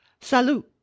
Salut